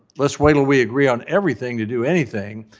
let's wait til we agree on everything to do anything.